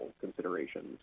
considerations